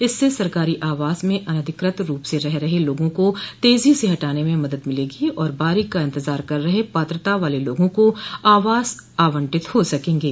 इससे सरकारी आवास में अनधिकृत रूप से रह रहे लोगों को तेजी से हटाने में मदद मिलेगी और बारी का इंतजार कर रहे पात्रता वाले लोगों को आवास आवंटित हो सकेंगे